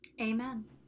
Amen